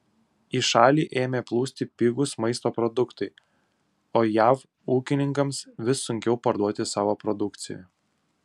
į šalį ėmė plūsti pigūs maisto produktai o jav ūkininkams vis sunkiau parduoti savo produkciją